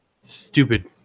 Stupid